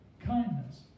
kindness